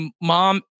Mom